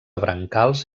brancals